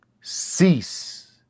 cease